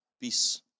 Peace